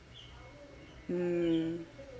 mm